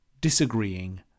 disagreeing